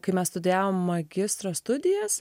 kai mes studijavom magistro studijas